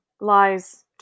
lies